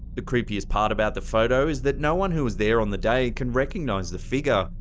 the creepiest part about the photo is that no one who was there on the day can recognize the figure,